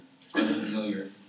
familiar